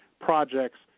projects